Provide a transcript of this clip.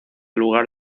lugar